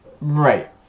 right